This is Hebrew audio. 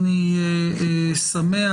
אני שמח,